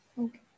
Okay